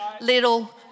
little